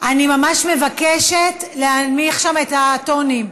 אני ממש מבקשת להנמיך שם את הטונים.